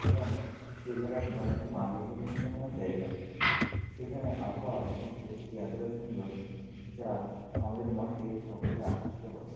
এবং সেই জায়গাটি অনেকটা মাধুর্যপূর্ণময় জায়গা সেখানের আবহাওয়া এবং প্রকৃতি এতটাই সুন্দর যা আমাদের মনকে সকলের আকৃষ্ট করে